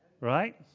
Right